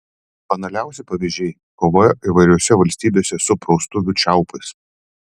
banaliausi pavyzdžiai kova įvairiose valstybėse su praustuvių čiaupais